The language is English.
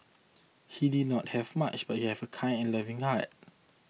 he did not have much but he have a kind and loving heart